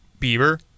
Bieber